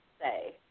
say